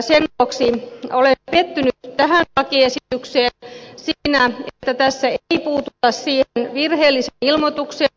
sen vuoksi olen pettynyt tähän lakiesitykseen siinä että tässä ei puututa siihen virheelliseen ilmoitukseen